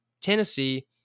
Tennessee